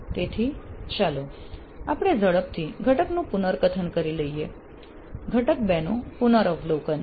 તેથી ચાલો આપણે ઝડપથી ઘટકનું પુનરકથન કરી લઈએ ઘટક ૨નું પુનર્વલોકન